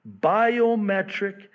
biometric